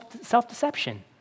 self-deception